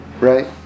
Right